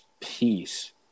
peace